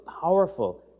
powerful